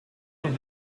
noch